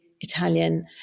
Italian